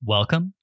Welcome